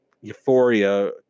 euphoria